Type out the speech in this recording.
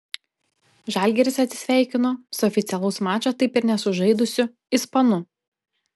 žalgiris atsisveikino su oficialaus mačo taip ir nesužaidusiu ispanu